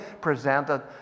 presented